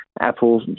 Apple